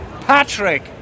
Patrick